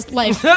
life